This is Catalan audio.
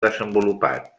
desenvolupat